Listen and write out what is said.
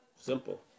simple